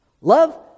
Love